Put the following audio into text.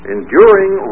Enduring